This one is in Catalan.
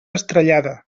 estrellada